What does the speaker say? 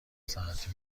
ساعتی